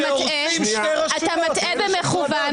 אתה מטעה במכוון.